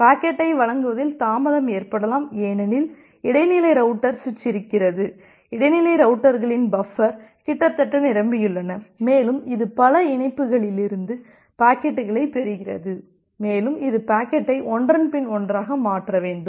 பாக்கெட்டை வழங்குவதில் தாமதம் ஏற்படலாம் ஏனெனில் இடைநிலை ரவுட்டர் சுவிட்ச் இருக்கிறது இடைநிலை ரவுட்டர்களின் பஃபர் கிட்டத்தட்ட நிரம்பியுள்ளன மேலும் இது பல இணைப்புகளிலிருந்து பாக்கெட்டுகளைப் பெறுகிறது மேலும் இது பாக்கெட்டை ஒன்றன்பின் ஒன்றாக மாற்ற வேண்டும்